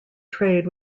trade